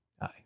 Aye